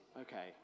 Okay